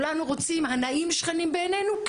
הנאים השכנים בעינינו?